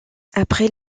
après